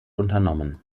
unternommen